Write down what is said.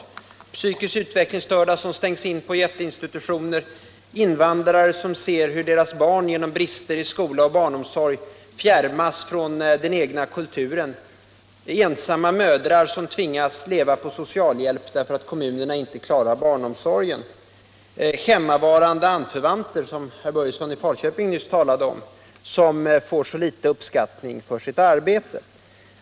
Vi har psykiskt utvecklingsstörda som stängs in på jätteinstitutioner, invandrare som ser hur deras barn genom brister i skola och barnomsorg fjärmas från den egna kulturen, ensamma mödrar som tvingas leva på socialhjälp därför att kommunerna inte klarar av barnomsorgen samt hemmavarande anförvanter — som herr Börjesson i Falköping nyss talade om — som får så liten uppskattning för sitt arbete.